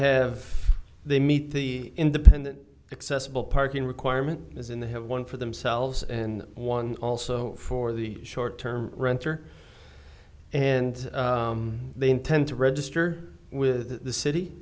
have they meet the independent accessible parking requirement is in the one for themselves and one also for the short term renter and they intend to register with the city